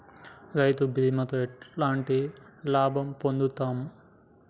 రైతు బీమాతో ఎట్లాంటి లాభం పొందుతం?